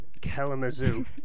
Kalamazoo